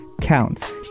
counts